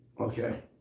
Okay